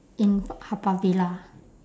in haw par villa